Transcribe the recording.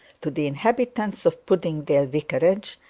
to the inhabitants of puddingdale vicarage,